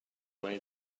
way